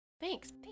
Thanks